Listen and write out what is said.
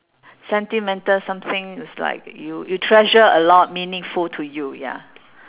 sentimental something is like you you treasure a lot meaningful to you ya